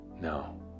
No